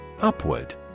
Upward